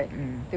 mm